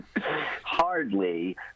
Hardly